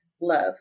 love